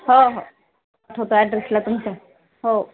हो हो पाठवतो ॲड्रेसला तुमच्या हो